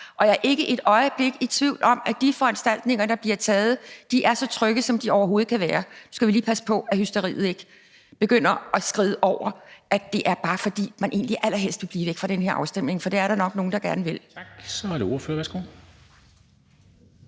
Og jeg er ikke et øjeblik i tvivl om, at de foranstaltninger, der bliver truffet, er så trygge, som de overhovedet kan være. Nu skal vi lige passe på, at hysteriet ikke begynder at kamme over – at det bare er, fordi man egentlig allerhelst vil blive væk fra den her afstemning, for det er der nok nogle der gerne vil. Kl. 14:18 Formanden (Henrik